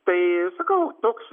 tai sakau toks